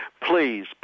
Please